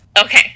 Okay